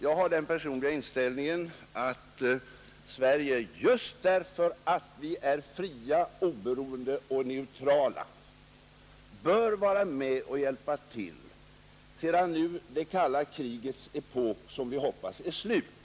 Jag har den personliga inställningen att just för att Sverige är ett fritt, oberoende och neutralt land bör vi även från försvarsmaktens sida medverka i de avspänningssträvanden ute i världen som nu tycks ha avlöst det kalla krigets epok.